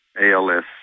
ALS